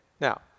Now